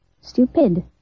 stupid